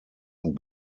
und